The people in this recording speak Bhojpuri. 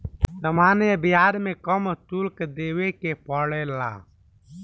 सामान्य ब्याज में कम शुल्क देबे के पड़ेला